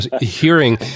hearing